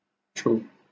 true